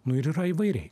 nu ir yra įvairiai